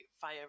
fire